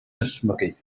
ysmygu